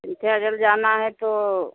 विंदयाचल जाना है तो